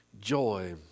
joy